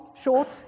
short